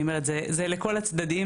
אני אומרת זה לכל הצדדים,